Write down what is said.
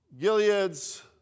Gilead's